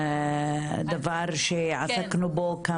דבר שעסקנו בו,